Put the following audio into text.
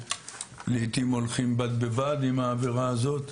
שלעיתים הולכים בד ובד עם העבירה הזאת.